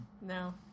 No